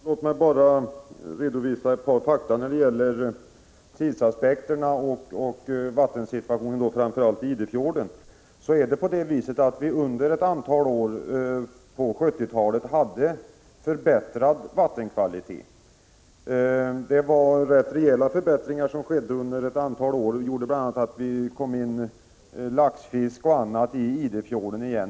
Herr talman! Låt mig bara redovisa ett par fakta om tidsaspekterna och vattensituationen framför allt i Idefjorden. Under ett antal år på 1970-talet I skedde en förbättring av vattenkvaliteten. Det var ganska rejäla förbättring 69 ar. Detta ledde t.ex. till att laxfisk och annan fisk kom in i Idefjorden igen.